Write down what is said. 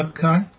Okay